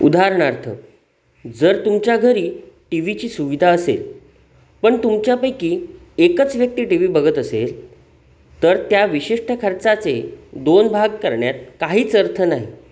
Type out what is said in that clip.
उदाहरणार्थ जर तुमच्या घरी टी व्हीची सुविधा असेल पण तुमच्यापैकी एकच व्यक्ती टी व्ही बघत असेल तर त्या विशिष्ट खर्चाचे दोन भाग करण्यात काहीच अर्थ नाही